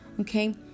okay